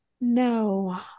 No